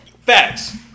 Facts